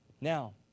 Now